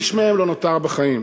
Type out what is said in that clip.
איש מהם לא נותר בחיים.